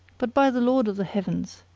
but by the lord of the heavens!